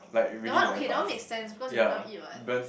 that one okay that one makes sense because you never eat what